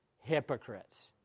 hypocrites